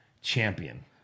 champion